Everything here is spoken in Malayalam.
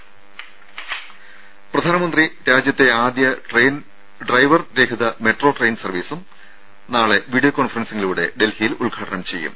രും പ്രധാനമന്ത്രി രാജ്യത്തെ ആദ്യ ഡ്രൈവർ രഹിത മെട്രോ ട്രെയിൻ സർവ്വീസും നാളെ വിഡിയോ കോൺഫറൻസിംഗിലൂടെ ഡൽഹിയിൽ ഉദ്ഘാടനം ചെയ്യും